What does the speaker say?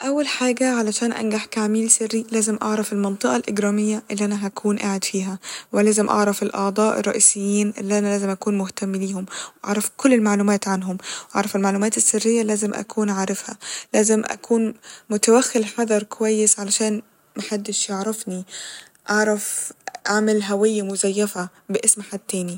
أول حاجة علشان أنجح كعميل سري لازم أعرف المنطقة الإجرامية الل أنا هكون قاعد فيها ولازم أعرف الأعضاء الرئيسين اللي أنا لازم أكون مهتم بيهم ، و أعرف كل المعلومات عنهم ، واعرف المعلومات السرية اللي لازم أكون عارفها ، لازم اكون متوخي الحذر كويس علشان محدش يعرفني ، اعرف أعمل هوية مزيفة باسم حد تاني